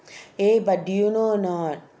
eh but do you know or not